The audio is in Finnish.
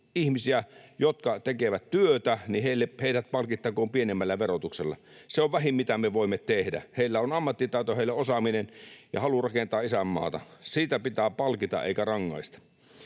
ihmiset, jotka tekevät työtä, palkittakoon pienemmällä verotuksella. Se on vähin, mitä me voimme tehdä. Heillä on ammattitaito, heillä on osaaminen ja halu rakentaa isänmaata. Siitä pitää palkita eikä rangaista.